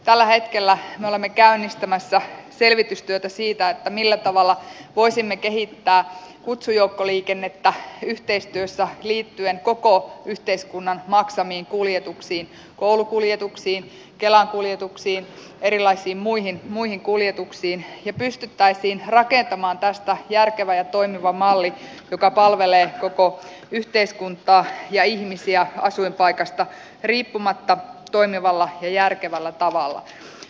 tällä hetkellä me olemme käynnistämässä selvitystyötä siitä millä tavalla voisimme kehittää kutsujoukkoliikennettä yhteistyössä liittyen koko yhteiskunnan maksamiin kuljetuksiin koulukuljetuksiin kelan kuljetuksiin erilaisiin muihin kuljetuksiin ja millä tavalla pystyttäisiin rakentamaan tästä järkevä ja toimiva malli joka palvelee koko yhteiskuntaa ja ihmisiä asuinpaikasta riippumatta toimivalla ja järkevällä tavalla